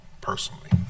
personally